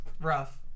rough